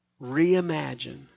Reimagine